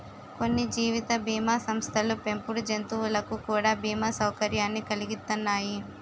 కొన్ని జీవిత బీమా సంస్థలు పెంపుడు జంతువులకు కూడా బీమా సౌకర్యాన్ని కలిగిత్తన్నాయి